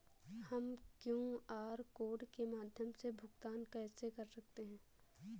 हम QR code के माध्यम से भुगतान कैसे कर सकते हैं?